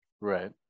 Right